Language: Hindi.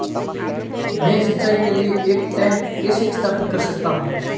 मैं सिंचाई के लिए एक टैंक कैसे स्थापित कर सकता हूँ?